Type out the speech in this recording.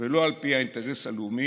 ולא על פי האינטרס הלאומי",